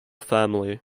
family